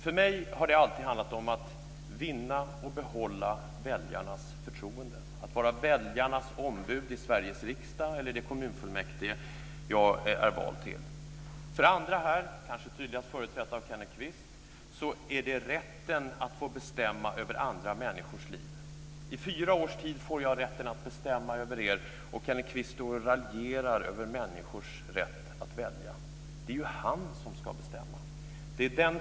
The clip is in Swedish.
För mig har det alltid handlat om att vinna och behålla väljarnas förtroende, att var väljarnas ombud i Sveriges riksdag eller i det kommunfullmäktige jag är vald till. För andra här, kanske tydligast företrätt av Kenneth Kvist, handlar det om rätten att få bestämma över andra människors liv - att under fyra års tid få rätten att bestämma över människors liv. Och Kenneth Kvist står och raljerar över människors rätt att välja. Det är ju han som ska bestämma.